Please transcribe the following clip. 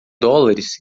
dólares